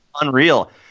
unreal